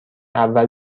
اول